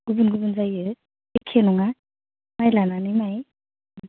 गुबुन गुबुन जायो एखे नङा माइ लानानै माइ